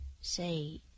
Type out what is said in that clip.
Say